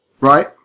right